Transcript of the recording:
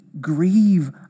grieve